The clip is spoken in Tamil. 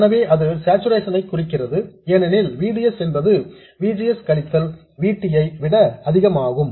எனவே இது சார்சுரேஷன் ஐ குறிக்கிறது ஏனெனில் V D S என்பது V G S கழித்தல் V T ஐ விட அதிகமாகும்